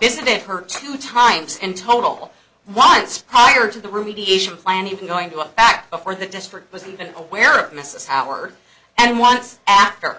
visited her two times in total once prior to the remediation plan even going to go back before the district was even aware of mrs howard and once after